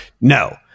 No